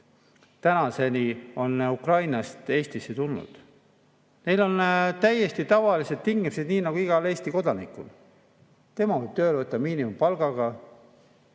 tänaseni on Ukrainast Eestisse tulnud. Neil on täiesti tavalised tingimused, nii nagu igal Eesti kodanikul. Teda võib tööle võtta miinimumpalgaga.